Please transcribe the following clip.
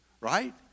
Right